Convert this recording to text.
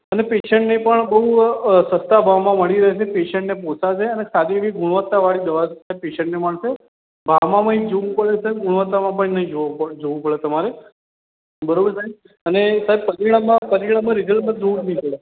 અને પેશન્ટને પણ બહુ સસ્તાં ભાવમાં મળી રહશે પેશન્ટને પોસાશે અને સારી એવી ગુણવત્તાવાળી દવા પેશન્ટને મળશે ભાવમાં નહીં જોવું પડે તમારે સાહેબ અને ગુણવત્તામાં પણ નહીં જોવું પડે તમારે બરાબર સાહેબ અને સાહેબ પરિણામમાં તો જોવું જ નહીં પડે